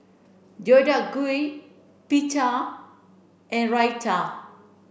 Deodeok Gui Pita and Raita